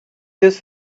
this